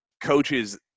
coaches